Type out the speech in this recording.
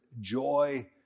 joy